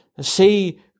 see